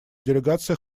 делегация